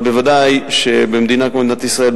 אבל ודאי שבמדינה כמו מדינת ישראל